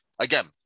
again